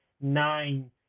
nine